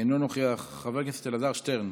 אינו נוכח, חבר הכנסת אלעזר שטרן,